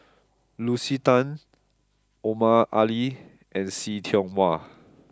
Lucy Tan Omar Ali and See Tiong Wah